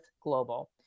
Global